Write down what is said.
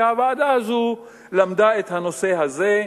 הוועדה הזאת למדה את הנושא הזה.